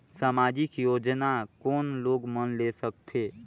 समाजिक योजना कोन लोग मन ले सकथे?